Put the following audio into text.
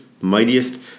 mightiest